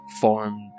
formed